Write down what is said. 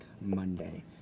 Monday